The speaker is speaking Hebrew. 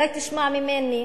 אולי תשמע ממני,